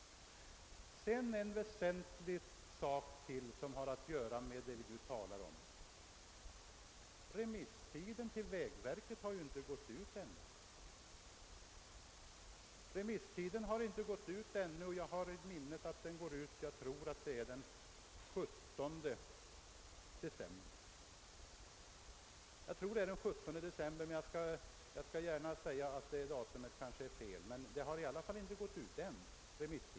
Sedan en väsentlig sak till, som har att göra med det vi nu talar om. Remisstiden till vägverket har inte gått ut ännu. Jag kanske inte minns alldeles rätt, men jag tror att den går ut den 17 december.